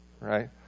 right